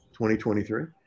2023